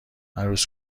عروس